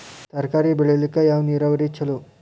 ತರಕಾರಿ ಬೆಳಿಲಿಕ್ಕ ಯಾವ ನೇರಾವರಿ ಛಲೋ?